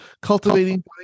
cultivating